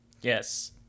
Yes